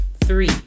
Three